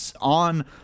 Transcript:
on